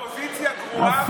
אופוזיציה גרועה,